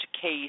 case